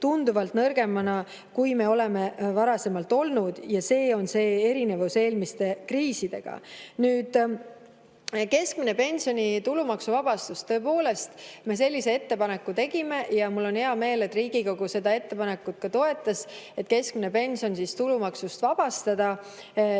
Nüüd, keskmise pensioni tulumaksuvabastus. Tõepoolest me sellise ettepaneku tegime ja mul on hea meel, et Riigikogu toetas ettepanekut keskmine pension tulumaksust vabastada. See